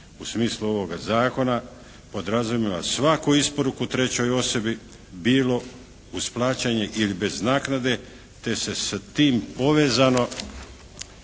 u smislu ovoga zakona podrazumijeva svaku isporuku trećoj osobi bilo uz plaćanje ili bez naknade te se sa tim povezano